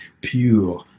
pure